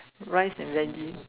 rice and Veggie